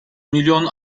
milyon